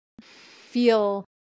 feel